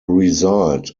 result